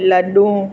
लॾूं